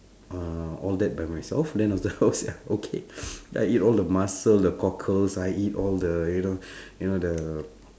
uh all that by myself then after how sia okay then I eat all the mussel the cockles I eat all the you know you know the